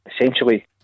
essentially